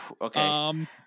Okay